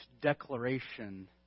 declaration